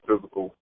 physical